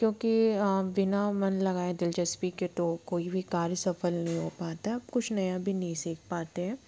क्योंकि बिना मन लगाये दिलचस्पी के तो कोई भी कार्य सफल नहीं हो पाता है कुछ नया भी नहीं सीख पते हैं